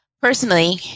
Personally